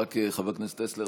חבר הכנסת טסלר,